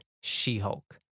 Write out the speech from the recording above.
She-Hulk